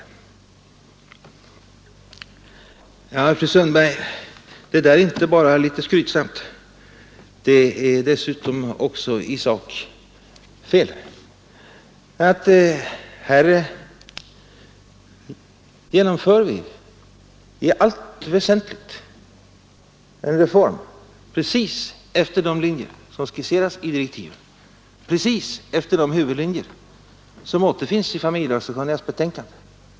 Ja, men fru Sundberg, det där är inte bara rätt skrytsamt. Det är dessutom i sak fel. Här genomför vi nämligen i allt väsentligt en reform precis efter de linjer som skisserats i direktiven och de linjer som återfinns i familjelagssakkunnigas betänkande.